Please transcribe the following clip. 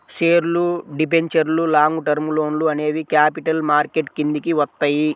షేర్లు, డిబెంచర్లు, long term లోన్లు అనేవి క్యాపిటల్ మార్కెట్ కిందికి వత్తయ్యి